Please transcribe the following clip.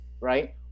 Right